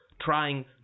trying